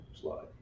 slide